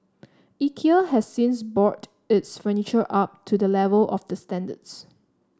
Ikea has since brought its furniture up to the level of the standards